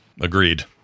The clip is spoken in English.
Agreed